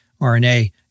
RNA